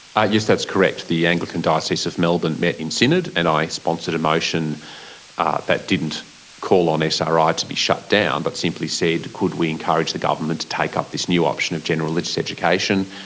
yes, that's correct. the anglican diocese of melbourne met in synod and i sponsored a motion that didn't call on sri to be shut down but simply said, could we encourage the government to take up this new option of general religious education?